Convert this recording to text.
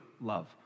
love